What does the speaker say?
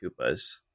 Koopas